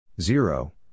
Zero